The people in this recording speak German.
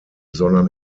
sondern